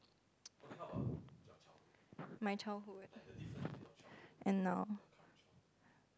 my childhood and now